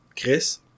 Chris